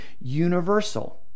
universal